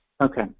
Okay